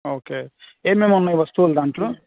okay ఏమేం ఉన్నాయి వస్తువులు దాంట్లో